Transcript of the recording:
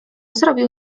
zrobił